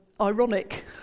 ironic